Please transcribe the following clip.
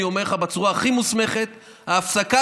אני אומר לך בצורה הכי מוסמכת: ההפסקה